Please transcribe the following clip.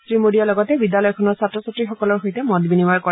শ্ৰীমোডীয়ে লগতে বিদ্যালয়খনৰ ছাত্ৰ ছাত্ৰীসকলৰ সৈতে মত বিনিময় কৰে